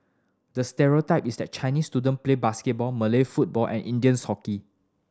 the stereotype is that Chinese student play basketball Malay football and Indians hockey